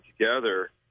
together